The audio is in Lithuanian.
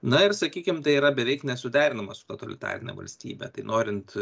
na ir sakykim tai yra beveik nesuderinama su totalitarine valstybe tai norint